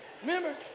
Remember